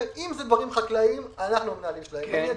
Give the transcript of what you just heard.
אם זה דברים חקלאיים אנחנו המנהלים של העניין.